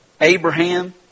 Abraham